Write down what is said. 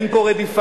אין פה רדיפה,